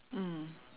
mm